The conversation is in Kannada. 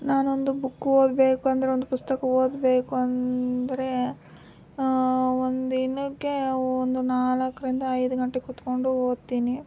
ನಾನು ಒಂದು ಬುಕ್ ಓದಬೇಕು ಅಂದ್ರೆ ಒಂದು ಪುಸ್ತಕ ಓದಬೇಕು ಅಂದರೆ ಒಂದು ದಿನಕ್ಕೆ ಒಂದು ನಾಲ್ಕರಿಂದ ಐದು ಗಂಟೆ ಕುತ್ಕೊಂಡು ಓದ್ತೀನಿ